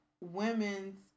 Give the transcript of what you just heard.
women's